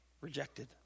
rejected